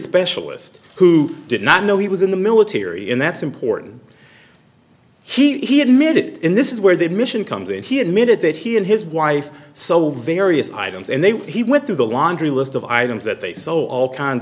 specialist who did not know he was in the military and that's important he admitted in this is where the admission comes in he admitted that he and his wife so various items and they were he went through the laundry list of items that they saw all kinds